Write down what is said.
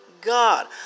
God